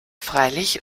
freilich